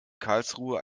karlsruhe